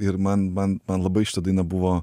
ir man man man labai šita daina buvo